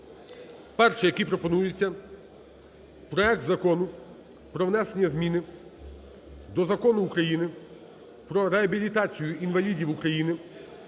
Перший, який пропонується, проект Закону про внесення зміни до Закону України "Про реабілітацію інвалідів України"